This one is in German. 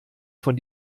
von